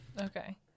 Okay